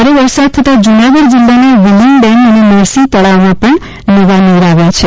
ભારે વરસાદ થતા જૂનાગઢ જિલ્લાના વિલિંગડેમ અને નરસિંહ તળાવમાં નવા નીર આવ્યા છે